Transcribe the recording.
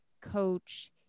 coach